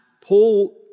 Paul